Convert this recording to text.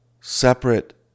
separate